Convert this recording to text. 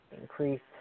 increased